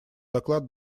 доклад